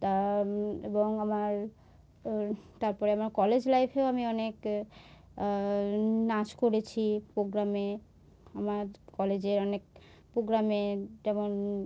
তা এবং আমার ওর তার পরে আমার কলেজ লাইফেও আমি অনেক নাচ করেছি প্রোগ্রামে আমার কলেজের অনেক প্রোগ্রামে যেমন